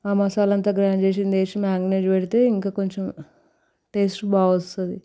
ఆ మసాలా అంతా గ్రైండ్ చేసింది వేసి మ్యాగ్నేజ్ పెడితే ఇంకా కొంచెం టేస్ట్ బాగొస్తది